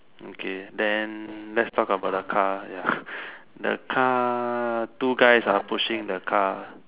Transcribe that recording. okay then lets talk about the car ya the car two guys are pushing the car